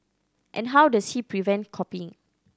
and how does he prevent copying